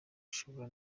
ishobora